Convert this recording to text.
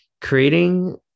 creating